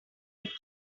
would